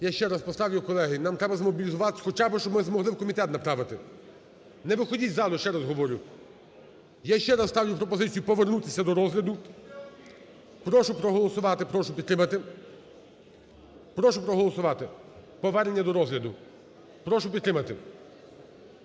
Я ще раз поставлю, колеги. Нам требазмобілізуватись, хоча би щоб ми змогли в комітет направити. Не виходіть із залу, я ще раз говорю. Я ще раз ставлю пропозицію повернутися до розгляду. Прошу проголосувати, прошу підтримати. Прошу проголосувати повернення до розгляду. Прошу підтримати